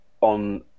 on